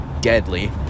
Deadly